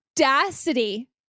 audacity